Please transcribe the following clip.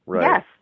Yes